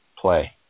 play